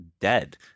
dead